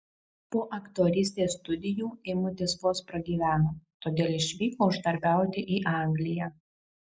po aktorystės studijų eimutis vos pragyveno todėl išvyko uždarbiauti į angliją